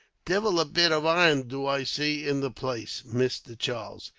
divil a bit of iron do i see in the place, mister charles,